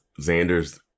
Xander's